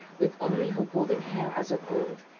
with only her golden hair as of old,